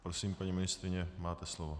Prosím, paní ministryně, máte slovo.